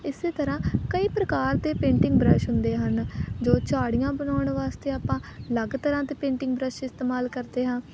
ਇਸੇ ਤਰ੍ਹਾਂ ਕਈ ਪ੍ਰਕਾਰ ਦੇ ਪੇਂਟਿੰਗ ਬ੍ਰੱਸ਼ ਹੁੰਦੇ ਹਨ ਜੋ ਝਾੜੀਆਂ ਬਣਾਉਣ ਵਾਸਤੇ ਆਪਾਂ ਅਲੱਗ ਤਰ੍ਹਾਂ ਦੇ ਪੇਂਟਿੰਗ ਬ੍ਰੱਸ਼ ਇਸਤੇਮਾਲ ਕਰਦੇ ਹਾਂ